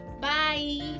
bye